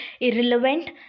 irrelevant